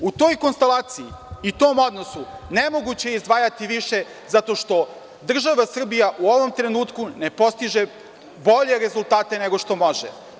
U toj konstalaciji i tom odnosu nemoguće je izdvajati više zato što država Srbija u ovom trenutku ne postiže bolje rezultate nego što može.